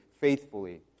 faithfully